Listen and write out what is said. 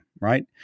right